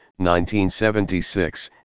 1976